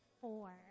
Four